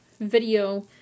video